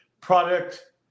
product